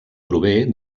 prové